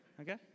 Okay